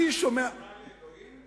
היא דיברה על אלוהים?